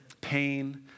pain